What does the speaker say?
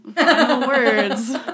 words